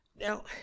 Now